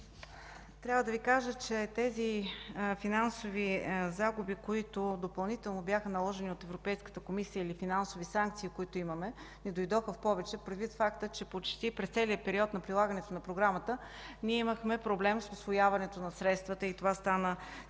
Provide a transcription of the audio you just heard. трябва да Ви кажа, че тези финансови загуби, които допълнително бяха наложени от Европейската комисия или финансови санкции, които имаме, ни дойдоха в повече предвид факта, че почти през целия период на прилагането на Програмата ние имахме проблем с усвояването на средствата и това стана след